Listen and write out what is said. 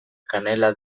kanela